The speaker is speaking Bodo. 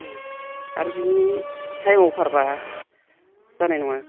आरो बेनि टाइम अभारबा जानाय नङा